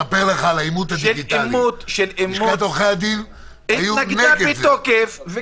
לשכת עורכי הדין היתה נגד העימות הדיגיטלי.